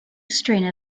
strain